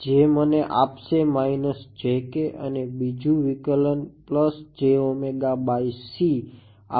જે મને આપશે jk અને બીજું વિકલન jωc આપશે સાચું